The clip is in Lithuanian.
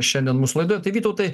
šiandien mūsų laidoje tai vytautai